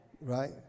Right